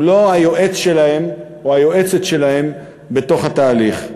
הוא לא היועץ שלהם, או היועצת שלהם, בתוך התהליך.